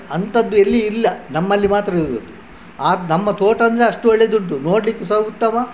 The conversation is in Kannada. ಅಂತದ್ದು ಎಲ್ಲಿ ಇಲ್ಲ ನಮ್ಮಲ್ಲಿ ಮಾತ್ರ ಇರುವುದು ಅದು ಅದು ನಮ್ಮ ತೋಟ ಅಂದರೆ ಅಷ್ಟು ಒಳ್ಳೆದುಂಟು ನೋಡಲಿಕ್ಕು ಸಹ ಉತ್ತಮ